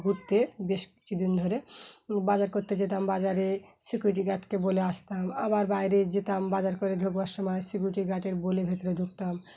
ঘুরতে বেশ কিছুদিন ধরে বাজার করতে যেতাম বাজারে সিকিউরিটি গার্ডকে বলে আসতাম আবার বাইরে যেতাম বাজার করে ঢুকবার সময় সিকিউরিটি গার্ডের বলে ভেতরে ঢুকতাম